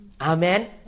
Amen